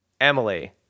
Emily